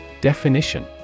Definition